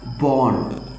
born